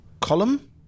column